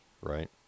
right